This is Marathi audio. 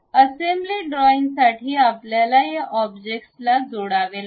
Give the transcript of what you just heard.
असेंब्ली ड्रॉईंगसाठी आपल्याला या ऑब्जेक्ट्सचा जोडावे लागेल